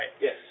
Yes